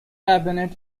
cabinet